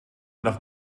nach